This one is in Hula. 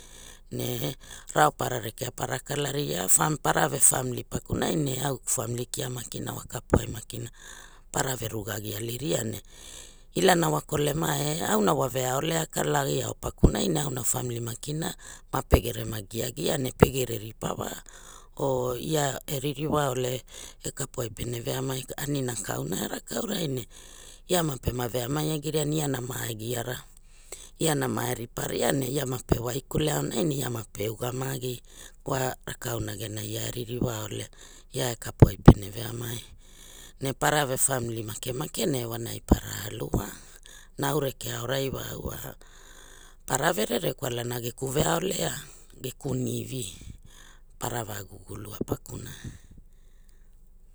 Ne raopara rekea para kalaria fani para ve famili pakunai ne au geku famili kia maki na kapuai makina para ve ruga agiliria ne ilana wa kolema eh auna famili makina mapegere ma giagia ne pegere ripa wa oh ia e ririwa ole e kapuna pene veamai an